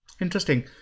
Interesting